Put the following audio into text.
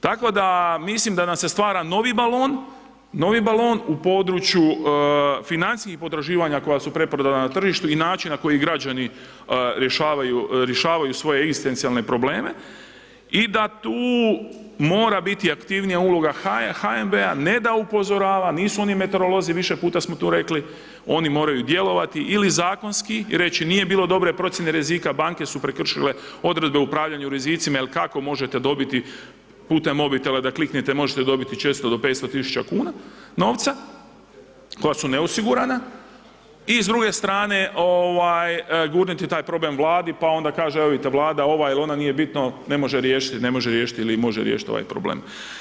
Tako da mislim da nam se stvara novi balon, novi balon u području financijskih potraživanja koja su preprodana na tržištu i način na koji građani rješavaju, rješavaju svoje egzistencijalne probleme i da tu mora biti aktivnija uloga HNB-a ne da upozorava, nisu oni meteorolozi više puta smo tu rekli, oni moraju djelovati ili zakonski i reći nije bilo dobre procjene rizika banke su prekršile odredbe upravljanja u rizicima jer kako možete dobiti putem mobitela da kliknete, možete dobiti često do 500.000 kuna novca koja su neosigurana i s druge strane gurniti taj problem vladi, pa ona kaže evo vidite vlada ova ili ona ne može riješiti, ne može riješiti ili može riješiti ovaj problem.